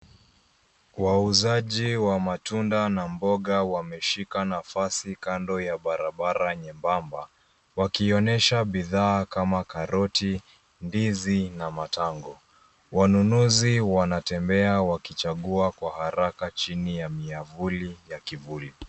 Wauzaji wa matunda na mboga wameshika nafasi kando ya barabara nyembamba wakionyesha bidhaa kama karoti, ndizi, na matango. Wanunuzi wanatembea wakichagua kwa haraka chini ya miavuli ya kivuli.